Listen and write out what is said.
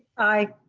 i.